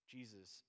Jesus